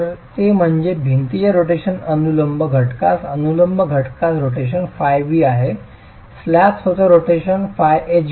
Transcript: ते म्हणजे भिंतीच्या रोटेशन अनुलंब घटकास अनुलंब घटकात रोटेशन φv असते स्लॅब स्वतः रोटेशन φh घेतो